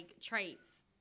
traits